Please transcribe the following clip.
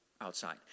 outside